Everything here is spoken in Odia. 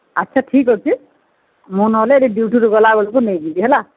ଆଚ୍ଛା ଠିକ୍ ଅଛି ମୁଁ ନହେଲେ ଏଠୁ ଡିଉଟିରୁ ଗଲାବେଳକୁ ନେଇଯିବି ହେଲା